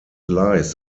lies